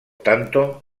tanto